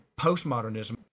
postmodernism